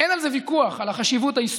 אין על זה ויכוח, על החשיבות ההיסטורית